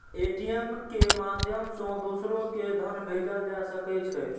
ATM के माध्यम सं दोसरो कें धन भेजल जा सकै छै